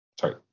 Sorry